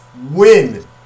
win